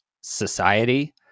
society